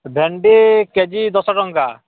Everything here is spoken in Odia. ଭେଣ୍ଡି କେଜି ଦଶ ଟଙ୍କା